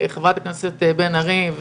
חברת הכנסת בן ארי,